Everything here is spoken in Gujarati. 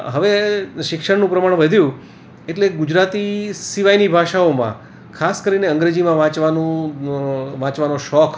હવે શિક્ષણનું પ્રમાણ વધ્યું એટલે ગુજરાતી સિવાયની ભાષાઓમાં ખાસ કરીને અંગ્રેજીમાં વાંચવાનું વાંચવાનો શોખ